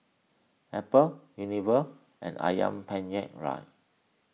Apple Unilever and Ayam Penyet Ria